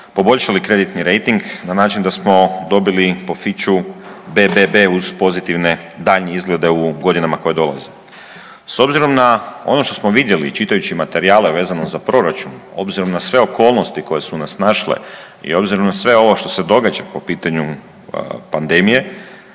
poboljšali kreditni rejting na način da smo dobili po …/govorni se ne razumije/… BBB uz pozitivne daljnje izglede u godinama koje dolaze. S obzirom na ono što smo vidjeli, čitajući materijale, vezano za Proračun, obzirom na sve okolnosti koje su nas snašle, i obzirom na sve ovo što se događa po pitanju pandemije,